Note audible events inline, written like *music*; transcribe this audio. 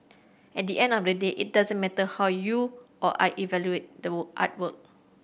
at the end of the day it doesn't matter how you or I evaluate the *unintelligible* artwork